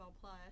Plus